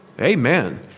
Amen